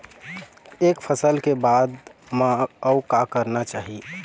एक फसल ले के बाद म अउ का करना चाही?